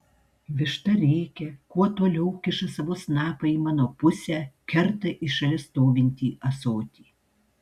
višta rėkia kuo toliau kiša savo snapą į mano pusę kerta į šalia stovintį ąsotį